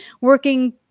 working